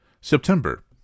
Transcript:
September